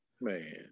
Man